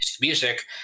Music